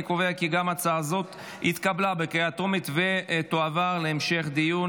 אני קובע כי גם הצעה זאת התקבלה בקריאה טרומית ותועבר להמשך דיון